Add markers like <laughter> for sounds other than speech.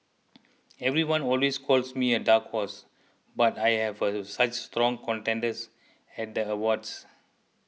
everyone always calls me a dark horse but I have <unintelligible> such strong contenders at the awards